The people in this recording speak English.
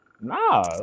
nah